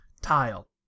tile